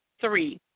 Three